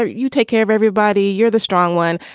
ah you take care of everybody. you're the strong one.